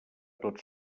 tot